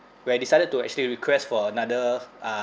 where decided to actually request for another uh